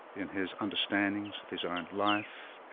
in his understandings of his own life,